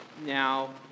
Now